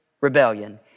rebellion